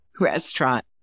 restaurant